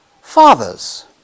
Fathers